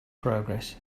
progress